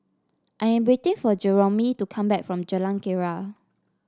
I am waiting for Jeromy to come back from Jalan Keria